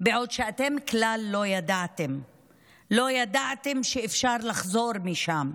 בעוד שאתם כלל לא ידעתם / לא ידעתם / שאפשר לחזור משם.